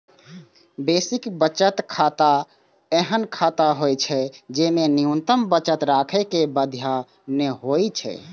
basic बचत खाता एहन खाता होइ छै, जेमे न्यूनतम बचत राखै के बाध्यता नै होइ छै